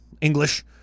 English